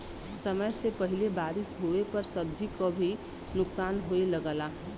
समय से पहिले बारिस होवे पर सब्जी क भी नुकसान होये लगला